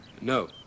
No